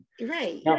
Right